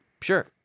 Sure